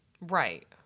right